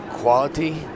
Quality